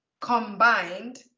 combined